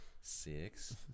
Six